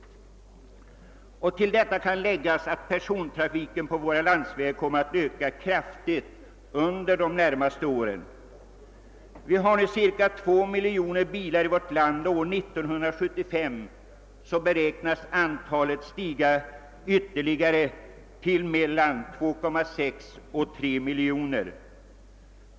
Till detta kan läggas att persontrafiken på våra landsvägar kommer att öka kraftigt under de närmaste åren. Vi har nu cirka 2 miljoner bilar i vårt land. År 1975 beräknas antalet ha stigit ytterligare till mellan 2,6 och 3 miljoner.